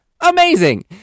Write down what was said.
Amazing